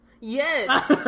Yes